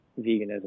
veganism